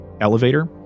elevator